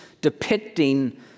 depicting